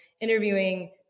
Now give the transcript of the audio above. interviewing